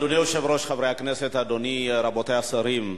אדוני היושב-ראש, חברי הכנסת, רבותי השרים,